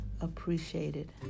appreciated